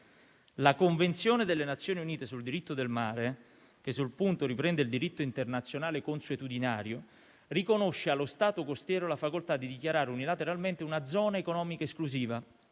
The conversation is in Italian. La Convenzione delle Nazioni Unite sul diritto del mare, che sul punto riprende il diritto internazionale consuetudinario, riconosce allo Stato costiero la facoltà di dichiarare unilateralmente una zona economica esclusiva,